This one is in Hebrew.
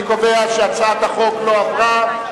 אני קובע שהצעת החוק לא עברה.